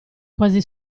quasi